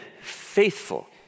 faithful